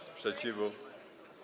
Sprzeciwu.